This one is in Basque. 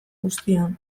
guztian